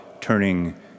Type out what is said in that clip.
turning